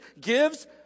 gives